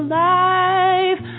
life